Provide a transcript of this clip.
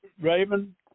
raven